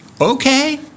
Okay